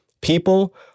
People